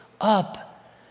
up